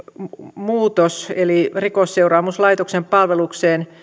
muutos eli rikosseuraamuslaitoksen palvelukseen